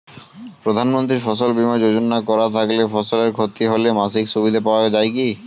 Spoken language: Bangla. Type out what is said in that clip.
প্রধানমন্ত্রী ফসল বীমা যোজনা করা থাকলে ফসলের ক্ষতি হলে মাসিক সুবিধা পাওয়া য়ায় কি?